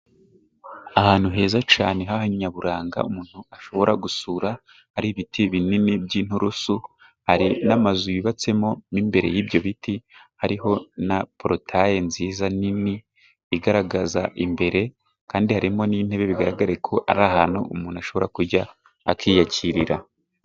Ahantu heza cane h'ahanyaburanga umuntu ashobora gusura. Hari ibiti binini by'ininturusu, hari n'amazu yubatsemo, mo imbere y'ibyo biti, hariho na porotaye nziza nini, igaragaza imbere kandi harimo n'intebe bigaragara ko ari ahantu umuntu ashobora kujya akiyakirira.